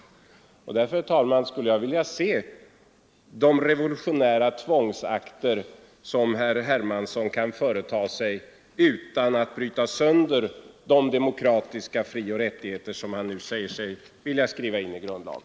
Därför, herr talman, skulle jag vilja se de revolutionära tvångsakter som herr Hermansson kan företa sig utan att bryta sönder de demokratiska frioch rättigheter som han nu säger sig vilja skriva in i grundlagen.